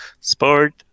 sport